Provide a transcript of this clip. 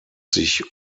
sich